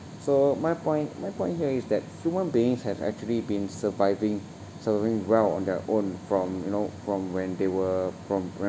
so my point my point here is that human beings have actually been surviving surviving well on their own from you know from when they were pro~